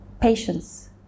Patience